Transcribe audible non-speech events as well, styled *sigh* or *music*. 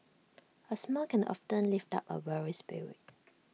*noise* A smile can often lift up A weary spirit